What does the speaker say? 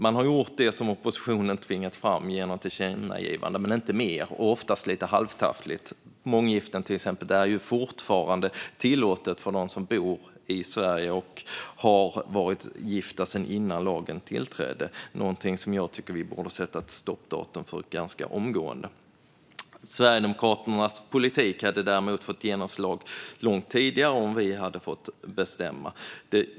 Man har gjort det som oppositionen har tvingat fram genom tillkännagivanden - men inte mer, och oftast lite halvtaffligt. Månggifte, till exempel, är fortfarande tillåtet för dem som bor i Sverige och har varit gifta sedan innan lagen trädde i kraft. Det är någonting som jag tycker att vi borde sätta ett stoppdatum för ganska omgående. Om Sverigedemokraternas politik däremot hade fått genomslag långt tidigare, och om vi hade fått bestämma, hade vi aldrig sett detta hända.